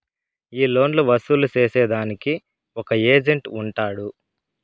ఈ లోన్లు వసూలు సేసేదానికి ఒక ఏజెంట్ ఉంటాడు